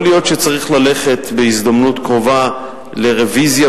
יכול להיות שצריך ללכת בהזדמנות קרובה לרוויזיה